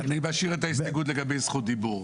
אני משאיר את ההסתייגות לגבי זכות דיבור.